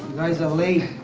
guys are late.